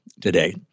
today